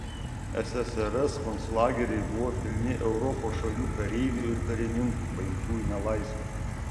ssrs konclageriai buvo pilni europos šalių kareivių ir karininkų paimtų į nelaisvę